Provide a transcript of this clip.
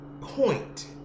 point